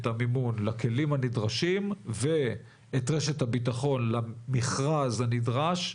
המימון לכלים הנדרשים ואת רשת הביטחון למכרז הנדרש,